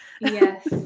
Yes